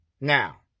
Now